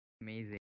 amazing